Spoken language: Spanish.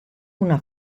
una